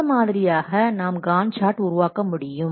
இந்த மாதிரியாக நாம் காண்ட் சார்ட் உருவாக்க முடியும்